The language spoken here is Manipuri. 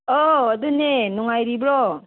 ꯑꯣ ꯑꯗꯨꯅꯦ ꯅꯨꯡꯉꯥꯏꯔꯤꯕ꯭ꯔꯣ